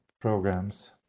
programs